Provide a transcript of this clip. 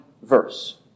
Verse